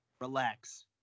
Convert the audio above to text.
Relax